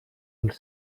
del